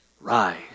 rise